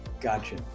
Gotcha